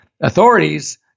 authorities